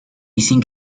cinc